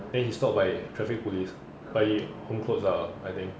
then he stopped by traffic police but he home clothes lah I think